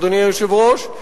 אדוני היושב-ראש,